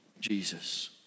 Jesus